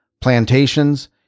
plantations